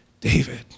David